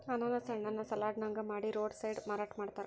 ಅನಾನಸ್ ಹಣ್ಣನ್ನ ಸಲಾಡ್ ನಂಗ ಮಾಡಿ ರೋಡ್ ಸೈಡ್ ಮಾರಾಟ ಮಾಡ್ತಾರ